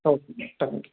okay thank you